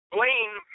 Blaine